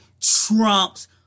trumps